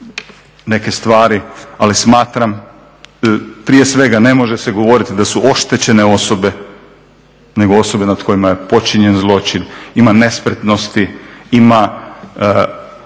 neke stvari, ali smatram, prije svega ne može se govoriti da su oštećene osobe, nego osobe nad kojima je počinjen zločin. Ima nespretnosti, ima